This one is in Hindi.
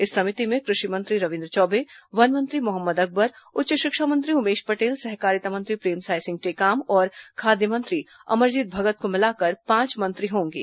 इस समिति में कृषि मंत्री रविन्द्र चौबे वन मंत्री मोहम्मद अकबर उच्च शिक्षा मंत्री उमेश पटेल सहकारिता मंत्री प्रेमसाय सिंह टेकाम और खाद्य मंत्री अमरजीत भगत को मिलाकर पांच मंत्री होंगे